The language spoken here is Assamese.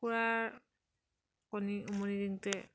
কুকুৰাৰ কণী উমনি দিওঁতে